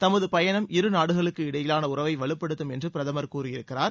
தமது பயணம் இருநாடுகளுக்கு இடையிலான உறவை வலுப்படுத்தும் என்று பிரதமர் கூறியிருக்கிறார்